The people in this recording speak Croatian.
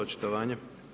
Očitovanje.